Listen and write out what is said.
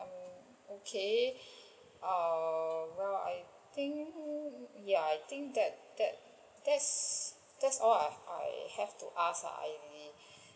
um okay ah well I think ya I think that that that's all I I have to ask ah I